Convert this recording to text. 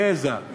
גזע,